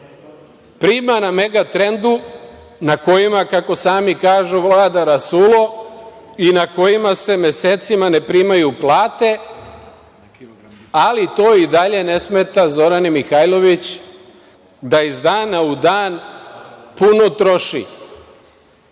Prima na „Megatrendu“, na kojima, kako sami kažu, vlada rasulo i na kojima se mesecima ne primaju plate, ali to i dalje ne smeta Zorani Mihajlović da iz dana u dan puno troši. Sada